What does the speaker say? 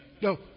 no